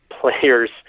players